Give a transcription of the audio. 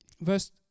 Verse